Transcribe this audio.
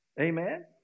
Amen